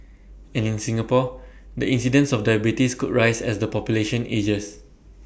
and in Singapore the incidence of diabetes could rise as the population ages